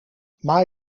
maar